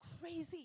Crazy